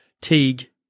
Teague